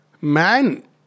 man